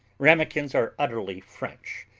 ramekins are utterly french,